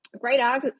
great